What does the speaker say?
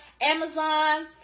Amazon